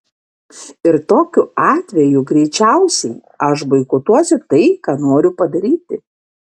ir tokiu atveju greičiausiai aš boikotuosiu tai ką noriu padaryti